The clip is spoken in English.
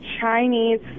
Chinese